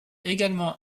également